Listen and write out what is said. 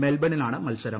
മെൽബണിലാണ് മത്സരം